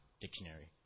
Dictionary